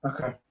Okay